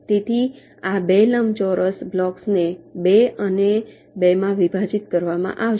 તેથી આ 2 લંબચોરસ બ્લોક્સને 2 અને 2 માં વિભાજિત કરવામાં આવશે